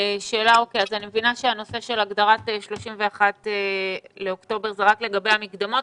אני מבינה שהנושא של הגדרת 31 באוקטובר זה רק לגבי המקדמות.